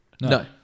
No